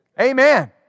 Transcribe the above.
Amen